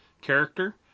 character